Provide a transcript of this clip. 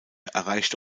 erreichte